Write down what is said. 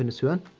and soon.